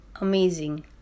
amazing